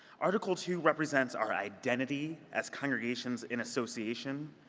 article two represents our identity as congregations in association,